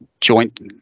joint